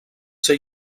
ser